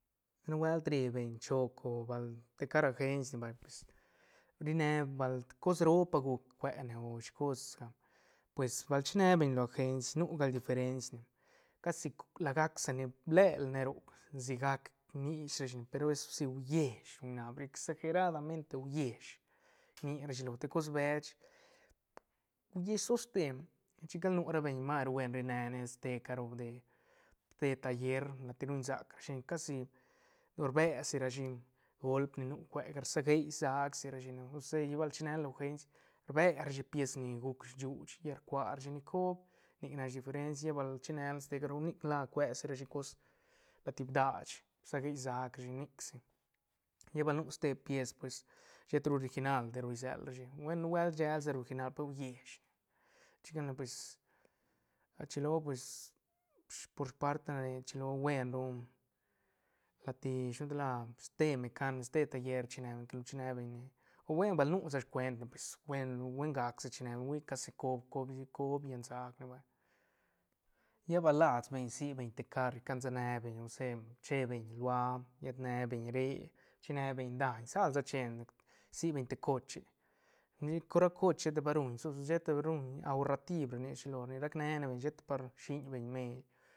Nu buelt ri beñ choch o bal te car agenci ne vay ri ne bal cos roo ru guc cuene o shi cosga pues bal chine beñ ne lo agenci nu gal diferenc ne casi la gac sa ni ble la ne roc si gac rnis rashi ne pe ru eso si uiesh ru rniab ra shi exageradamente uiesh rni ra shi lo la te cos bech uiesh soste chica nu ra beñ mas ru buen ri ne ste caro de ste taller lat ni ruñ sac rashi casi rbe si rashi golp ni nu cuega rsagei sac si rashi ne osea lla bal chine la ne lo agenci rbe ra shi pies ni guc shuuch lla rcua rashi ni coob nic nac diferenci lla bal chine ra ne ste caro nic la cuesi rashi cos lat ni bdash rsagei sac rashi ne nic si lla bal nu ste pies pues sheta ru original di ru rselrashi buen nubuelt rshel sa rashi orignal pe ru uiesh ne chica ne pues rchilo por sparta ra re buen ru lat ni shilo gan tal la ste mecanico ste taller chine beñ ne que lo chine beñ ne o buen bal nu sa scuent pues buen ru buen gac sa chine beñ hui casi coob- coob hi coob llan sac ne vay lla bal las beñ si beñ te car cain sa ne beñ ose che beñ lua llet ne beñ re chi ne beñ daiñ sal sa che ne si beñ te coche ra coch sheta pa ruñ sos sheta ruñ ahorra tib nic shi lo rni beñ rac ne- ne beñ sheta par rshiñ beñ meil.